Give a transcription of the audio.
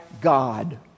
God